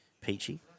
Peachy